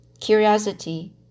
Curiosity